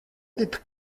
did